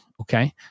okay